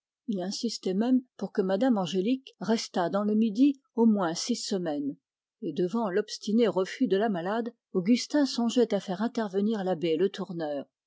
il insistait même pour que mme angélique restât dans le midi au moins six semaines devant l'obstiné refus de la malade augustin songeait à faire intervenir l'abbé le tourneur